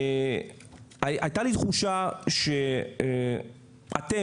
הייתה לי תחושה שאתם,